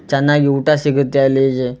ಚೆನ್ನಾಗಿ ಊಟ ಸಿಗುತ್ತೆ ಅಲ್ಲಿ ಜ್